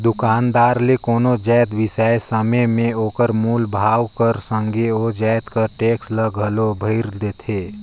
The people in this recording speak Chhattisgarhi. दुकानदार ले कोनो जाएत बिसाए समे में ओकर मूल भाव कर संघे ओ जाएत कर टेक्स ल घलो भइर देथे